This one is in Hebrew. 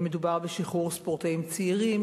מדובר בשחרור ספורטאים צעירים,